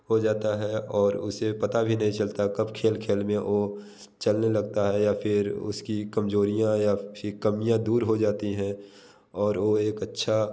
हो जाता है और उसे पता ही नहीं चलता कब खेल खेल में ओ चलने लगता है या फिर उसकी कमजोरियाँ या कमियाँ दूर हो जाती हैं और ओ एक अच्छा